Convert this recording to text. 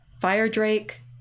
Firedrake